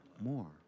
more